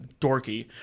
dorky